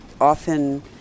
often